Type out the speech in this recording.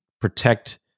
protect